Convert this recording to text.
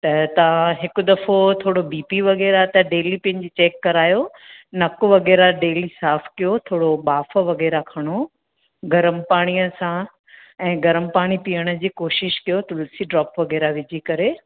त तहां हिकु दफ़ो थोड़ो बी पी वग़ैरह त डेली पेंजी चैक करायो नकु वग़ैरह डेली साफ़ कयो थोड़ो बांफ़ वग़ैरह खणो गरम पाणीअ सां ऐं गरम पाणी पीअण जी कोशिशि कयो तुलसी ड्रोप वग़ैरह विझी करे